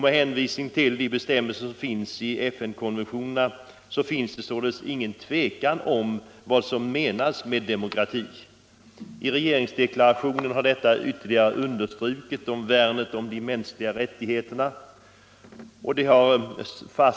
Med hänvisning till bestämmelserna i FN-konventionerna råder det således ingen tvekan om vad som menas med demokrati. I regeringsdeklarationen har värnet om de mänskliga rättigheterna understrukits ytterligare.